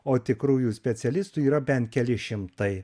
o tikrųjų specialistų yra bent keli šimtai